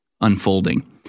unfolding